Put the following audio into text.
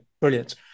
brilliant